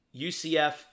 UCF